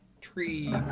tree